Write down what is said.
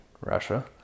Russia